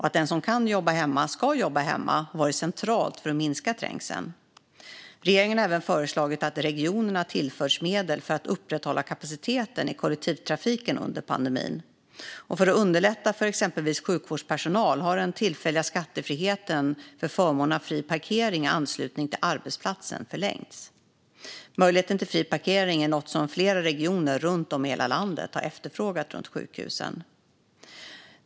Att den som kan jobba hemma ska jobba hemma har varit centralt för att minska trängseln. Regeringen har även föreslagit att regionerna tillförs medel för att upprätthålla kapaciteten i kollektivtrafiken under pandemin. För att underlätta för exempelvis sjukvårdspersonal har den tillfälliga skattefriheten för förmån av fri parkering i anslutning till arbetsplatsen förlängts. Möjligheten till fri parkering är något som flera regioner runt om i hela landet har efterfrågat runt sjukhusen.